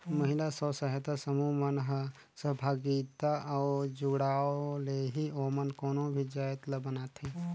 महिला स्व सहायता समूह मन ह सहभागिता अउ जुड़ाव ले ही ओमन कोनो भी जाएत ल बनाथे